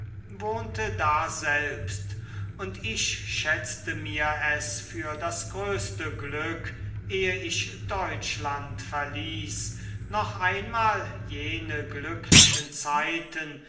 wohnte daselbst und ich schätzte mir es für das größte glück ehe ich deutschland verließ noch einmal jene glücklichen zeiten